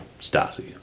Stasi